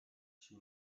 she